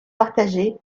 partagés